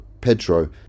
Pedro